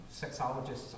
Sexologists